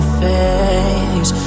face